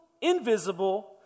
invisible